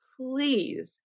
please